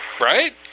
right